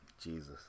Jesus